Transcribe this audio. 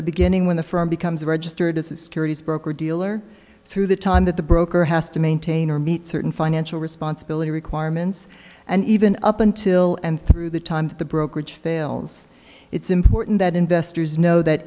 the beginning when the firm becomes registered as a securities broker dealer through the time that the broker has to maintain or meet certain financial responsibility requirements and even up until and through the time that the brokerage fails it's important that investors know that